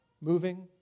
moving